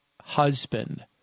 husband